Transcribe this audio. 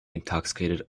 intoxicated